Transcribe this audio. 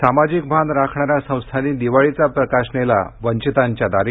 सामाजिक भान राखणाऱ्या संस्थांनी दिवाळीचा प्रकाश नेला वंचितांच्या दारी